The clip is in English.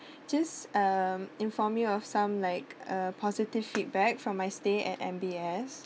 just uh inform you of some like uh positive feedback from my stay at M_B_S